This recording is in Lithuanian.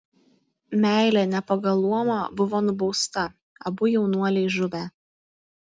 meilė ne pagal luomą buvo nubausta abu jaunuoliai žuvę